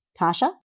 Tasha